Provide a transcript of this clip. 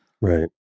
Right